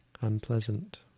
unpleasant